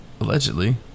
allegedly